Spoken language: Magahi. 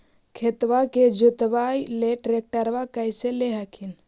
खेतबा के जोतयबा ले ट्रैक्टरबा कैसे ले हखिन?